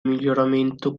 miglioramento